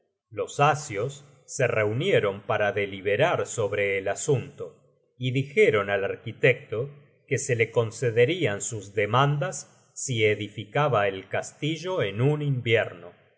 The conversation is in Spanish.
los asios se reunieron para deliberar sobre el asunto y dijeron al arquitecto que se le concederian sus demandas si edificaba el castillo en un invierno